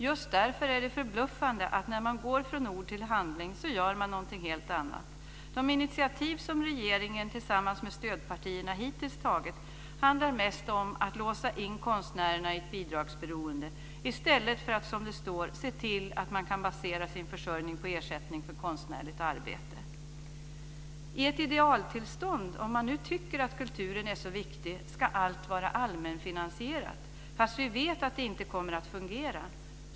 Just därför är det förbluffande att när man går från ord till handling så gör man någonting helt annat. De initiativ som regeringen tillsammans med stödpartierna hittills tagit handlar mest om att låsa in konstnärerna i ett bidragsberoende i stället för att, som det står, se till att man kan basera sin försörjning på ersättning för konstnärligt arbete. "I ett idealtillstånd, om man nu tycker att kulturen är så viktig, ska allt vara allmänfinansierat. Fast vi vet att det inte kommer att fungera."